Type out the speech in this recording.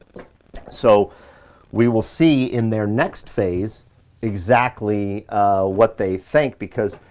so we will see in their next phase exactly what they think, because,